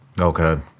Okay